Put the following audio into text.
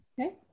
Okay